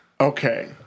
Okay